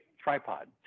tripod